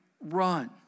run